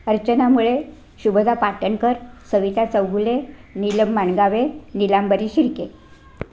Archana Mule Shubhada Patankar Savita Chaughule Neelam Mangave Neelambari Shirke